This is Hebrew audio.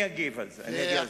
אני אגיב על זה, אני אגיע לזה.